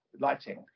lighting